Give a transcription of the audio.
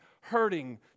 hurting